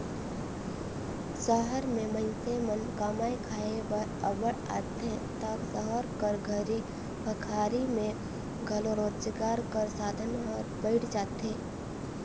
सहर में मइनसे मन कमाए खाए बर अब्बड़ आथें ता सहर कर घरी पखारी में घलो रोजगार कर साधन हर बइढ़ जाथे